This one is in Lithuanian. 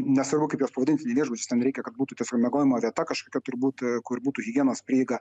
nesvarbu kaip juos pavadinsi ne viešbučiais reikia kad būtų tiesiog miegojimo vieta kažkokia turbūt a kur būtų higienos prieiga